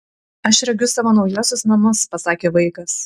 aš regiu savo naujuosius namus pasakė vaikas